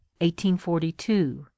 1842